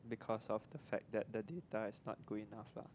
because of the fact that the data is not good enough lah